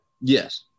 yes